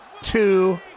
two